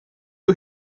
you